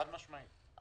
חד-משמעית.